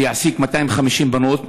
שיעסיק 250 בנות,